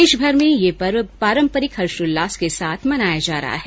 देशभर में यह पर्व पारम्परिक हर्षोल्लास के साथ मनाया जा रहा है